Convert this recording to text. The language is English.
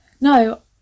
No